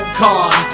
con